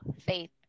faith